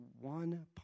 one